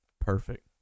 Perfect